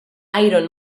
iron